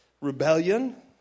Rebellion